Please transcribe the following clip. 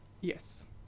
Yes